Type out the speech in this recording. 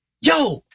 Yo